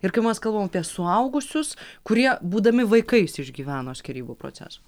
ir kai mes kalbam apie suaugusius kurie būdami vaikais išgyveno skyrybų procesą